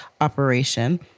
operation